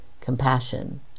compassion